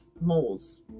moles